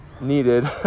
needed